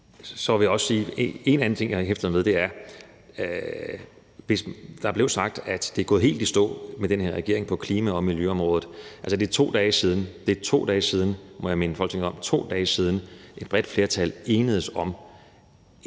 Så vil jeg også sige, at en anden ting, jeg hæftede mig ved, er, at der blev sagt, det er gået helt i stå med den her regering på klima- og miljøområdet. Altså, det er 2 dage siden, må jeg minde Folketinget om, 2 dage siden, at et bredt flertal enedes om